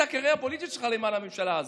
הקריירה הפוליטית שלך למען הממשלה הזאת.